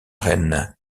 reine